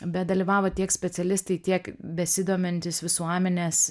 bet dalyvavo tiek specialistai tiek besidomintys visuomenės